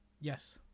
Yes